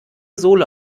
sohle